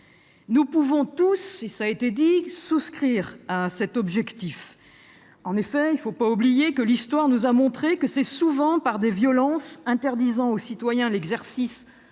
Nous pouvons tous, cela a été dit, souscrire à cet objectif. En effet, il ne faut pas oublier que l'histoire nous a montré que c'est souvent par des violences interdisant aux citoyens l'exercice